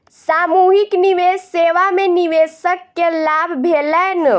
सामूहिक निवेश सेवा में निवेशक के लाभ भेलैन